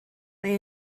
mae